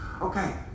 Okay